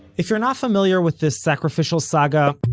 if you're not familiar with this sacrificial saga,